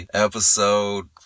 Episode